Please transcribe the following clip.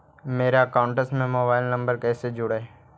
मेरा अकाउंटस में mobile number कैसे जुड़उ?